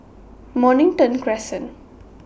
Mornington Crescent